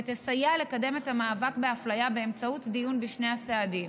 ותסייע לקדם את המאבק בהפליה באמצעות דיון בשני הסעדים: